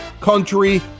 country